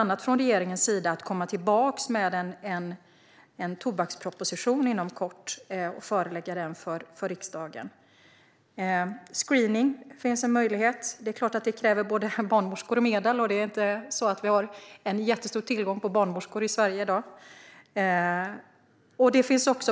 Regeringen kommer inom kort att komma tillbaka med en tobaksproposition och förelägga den för riksdagen. Screening är en annan möjlighet. Det är klart att det kräver både barnmorskor och medel. Det är inte så att det finns en jättestor tillgång på barnmorskor i Sverige i dag.